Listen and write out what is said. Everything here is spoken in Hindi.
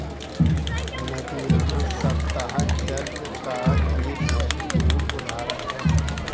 नदियां सत्तह जल का एक महत्वपूर्ण उदाहरण है